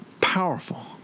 powerful